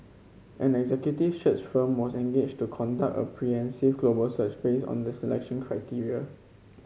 an executive search firm was engaged to conduct a global search based on the selection criteria